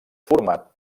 format